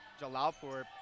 Jalalpur